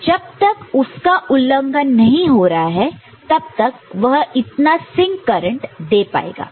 तो जब तक उसका उल्लंघन वायलेट violate नहीं हो रहा तब तक वह इतना सिंक करंट दे पाएगा